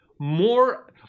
More